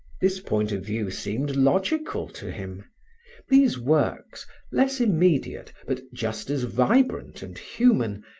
this point of view seemed logical to him these works less immediate, but just as vibrant and human,